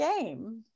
game